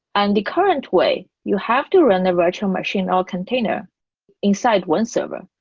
and the current way you have to run the virtual machine all container inside one server.